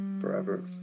forever